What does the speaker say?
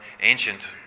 ancient